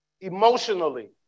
emotionally